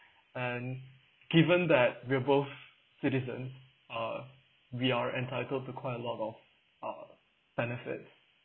and given that we're both citizens uh we are entitled to quite a lot of uh benefits